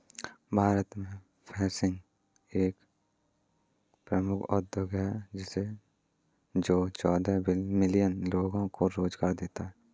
भारत में फिशिंग एक प्रमुख उद्योग है जो चौदह मिलियन लोगों को रोजगार देता है